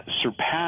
surpass